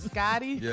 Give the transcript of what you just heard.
Scotty